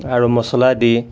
আৰু মছলা দি